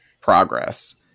progress